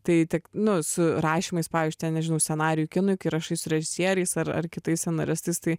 tai tik nu su rašymais pavyzdžiui ten nežinau scenarijų kinui kai rašai su režisieriais ar ar kitais scenaristais tai